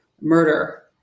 murder